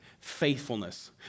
faithfulness